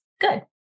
good